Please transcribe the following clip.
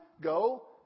go